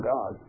God